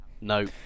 no